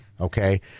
okay